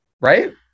Right